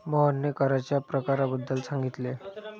मोहनने कराच्या प्रकारांबद्दल सांगितले